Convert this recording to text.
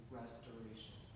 restoration